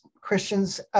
Christians